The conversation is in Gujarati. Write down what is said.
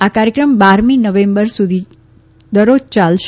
આ કાર્યક્રમ બારમી નવેમ્બર સુધી દરરોજ યાલશે